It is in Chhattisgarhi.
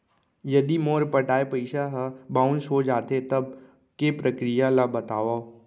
यदि मोर पटाय पइसा ह बाउंस हो जाथे, तब के प्रक्रिया ला बतावव